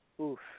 oof